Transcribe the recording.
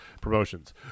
promotions